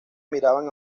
miraban